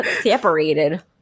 separated